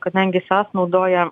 kadangi sas naudoja